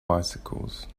bicycles